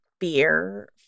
fear